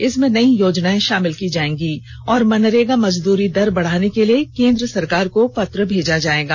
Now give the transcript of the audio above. इसमें नई योजनाएं शामिल की जाएगी और मनरेगा मजदूरी दर बढ़ाने के लिए केंद्र सरकार को पत्र भेजा जाएगा